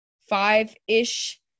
five-ish